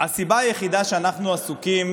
הסיבה היחידה שאנחנו עסוקים